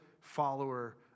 follower